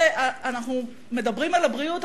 כשאנחנו מדברים על הבריאות,